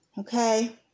Okay